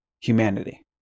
humanity